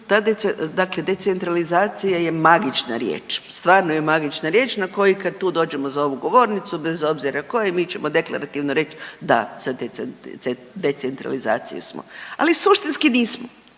dakle decentralizacija je magična riječ. Stvarno je magična riječ na koju kada tu dođemo za ovu govornicu bez obzira tko je mi ćemo deklarativno reći da za decentralizaciju smo. Ali suštinski nismo